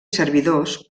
servidors